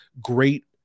great